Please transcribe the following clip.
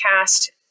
cast